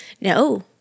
no